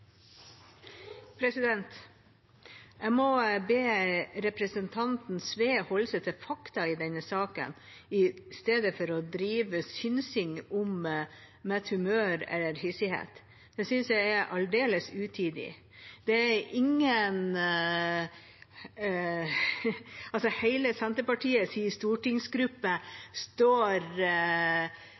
Jeg må be representanten Sve holde seg til fakta i denne saken i stedet for å drive synsing om mitt humør eller hissighet. Det synes jeg er aldeles utidig. Hele Senterpartiets stortingsgruppe står fast på og er